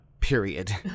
Period